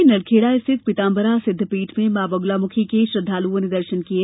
जिले के नलखेड़ा स्थित पीताम्बरा सिद्ध पीठ मे मां बगलामुखी का लाखो श्रद्वालुओं ने दर्शन किये